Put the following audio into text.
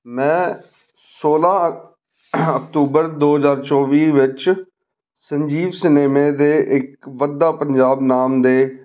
ਮੈਂ ਸੋਲ੍ਹਾਂ ਅਕ ਅਕਤੂਬਰ ਦੋ ਹਜ਼ਾਰ ਚੌਵੀ ਵਿੱਚ ਸੰਜੀਵ ਸਿਨੇਮੇ ਦੇ ਇੱਕ ਵਧਦਾ ਪੰਜਾਬ ਨਾਮ ਦੇ